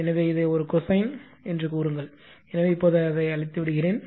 எனவே இதை ஒரு கொசைன் கொசைன் என்று கூறுங்கள் எனவே இப்போது அதை அழித்து விடுகிறேன்